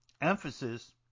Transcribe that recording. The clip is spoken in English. emphasis